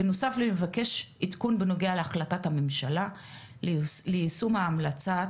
בנוסף נבקש עדכון בנוגע להחלטת הממשלה ליישום המלצת